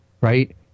Right